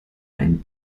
einen